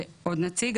זה עוד נציג,